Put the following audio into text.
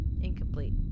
Incomplete